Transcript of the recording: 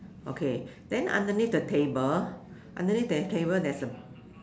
okay then underneath the table underneath the table there is a